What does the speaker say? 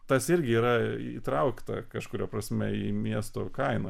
tas irgi yra įtraukta kažkuria prasme į miesto kaimą